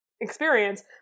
experience